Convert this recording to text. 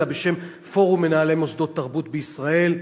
אלא בשם פורום מנהלי מוסדות תרבות בישראל,